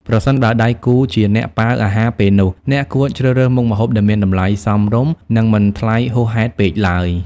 ប្រសិនបើដៃគូជាអ្នកប៉ាវអាហារពេលនោះ អ្នកគួរជ្រើសរើសមុខម្ហូបដែលមានតម្លៃសមរម្យ និងមិនថ្លៃហួសហេតុពេកឡើយ។